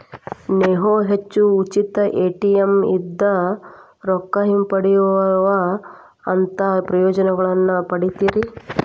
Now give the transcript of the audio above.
ನೇವು ಹೆಚ್ಚು ಉಚಿತ ಎ.ಟಿ.ಎಂ ಇಂದಾ ರೊಕ್ಕಾ ಹಿಂಪಡೆಯೊಅಂತಹಾ ಪ್ರಯೋಜನಗಳನ್ನ ಪಡಿತೇರಿ